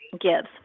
gives